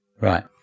Right